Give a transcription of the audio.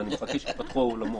ואני מחכה שייפתחו האולמות.